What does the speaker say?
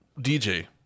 DJ